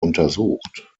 untersucht